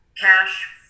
cash